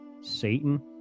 Satan